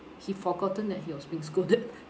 he forgotten that he was being scolded